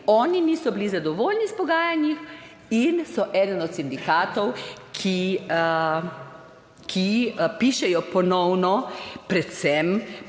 oni niso bili zadovoljni s pogajanji in so eden od sindikatov, ki pišejo ponovno, predvsem